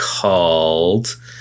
called